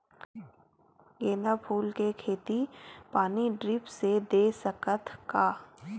गेंदा फूल के खेती पानी ड्रिप से दे सकथ का?